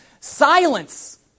silence